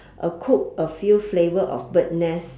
uh cook a few flavour of bird nest